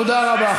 תודה רבה.